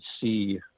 see